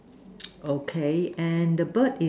okay and the bird is